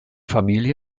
familie